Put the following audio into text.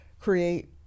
create